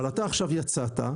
אבל אתה עכשיו יצאת,